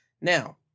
now